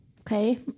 Okay